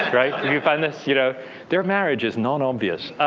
right? you find this you know their marriage is non-obvious.